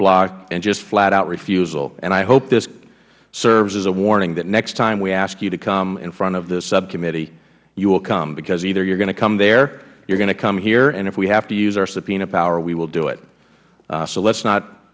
roadblock and just flat out refusal and i hope this serves as a warning that next time we ask you to come in front of the subcommittee you will come because either you will come there you are going to come here and if we have to use our subpoena power we will do it so let's not